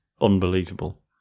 unbelievable